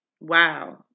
wow